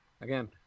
again